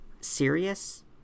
serious